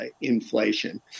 inflation